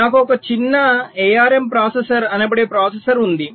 నాకు ఒక చిన్న ARM ప్రాసెసర్ అనబడే ప్రాసెసర్ ఉంది